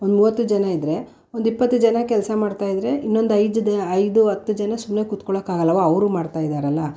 ಒಂದು ಮೂವತ್ತು ಜನ ಇದ್ದರೆ ಒಂದು ಇಪ್ಪತ್ತು ಜನ ಕೆಲಸ ಮಾಡ್ತಾಯಿದ್ದರೆ ಇನ್ನೊಂದು ಐದು ಐದು ಹತ್ತು ಜನ ಸುಮ್ಮನೆ ಕೂತ್ಕೊಳ್ಳೋಕಾಗಲ್ಲ ಹೊ ಅವರು ಮಾಡ್ತಾಯಿದ್ದಾರಲ್ಲ